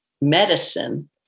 medicine